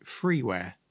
freeware